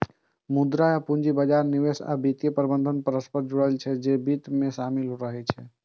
मुद्रा आ पूंजी बाजार, निवेश आ वित्तीय प्रबंधन परस्पर जुड़ल छै, जे वित्त मे शामिल रहै छै